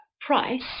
price